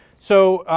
so,